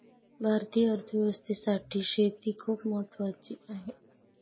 भारतीय अर्थव्यवस्थेसाठी शेती खूप महत्त्वाची आहे